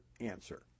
answer